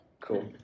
Cool